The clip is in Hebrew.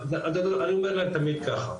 אני אומר להם תמיד ככה,